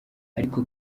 ariko